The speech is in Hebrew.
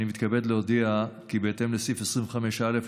אני מתכבד להודיע כי בהתאם לסעיף 25(א)